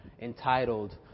entitled